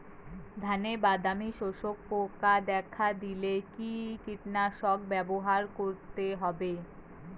ধানে বাদামি শোষক পোকা দেখা দিলে কি কীটনাশক ব্যবহার করতে হবে?